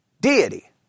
deity